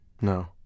No